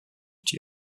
die